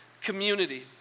community